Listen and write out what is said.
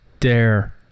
Dare